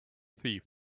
thief